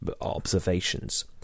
observations